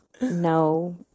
No